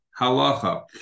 halacha